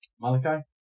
Malachi